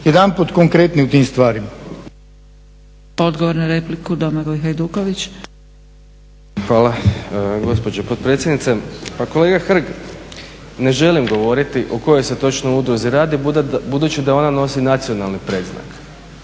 jedanput konkretni u tim stvarima.